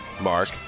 Mark